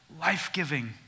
life-giving